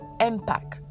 impact